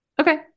Okay